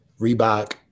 Reebok